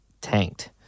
tanked